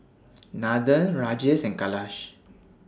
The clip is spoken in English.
Nathan Rajesh and Kailash